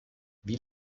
wie